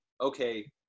okay